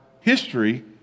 history